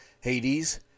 Hades